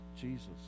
Jesus